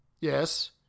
Yes